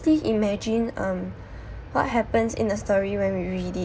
imagine um what happens in a story when we read it